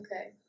Okay